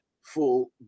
full